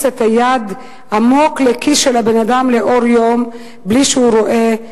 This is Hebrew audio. את היד עמוק לכיס של הבן-אדם לאור יום בלי שהוא רואה.